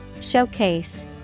Showcase